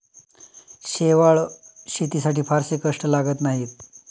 शेवाळं शेतीसाठी फारसे कष्ट लागत नाहीत